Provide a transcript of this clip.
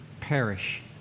perish